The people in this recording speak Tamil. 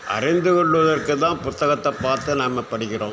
அறிந்து கொள்வதற்கு தான் புத்தகத்தை பார்த்து நாம் படிக்கிறோம்